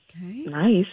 nice